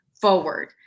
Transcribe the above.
forward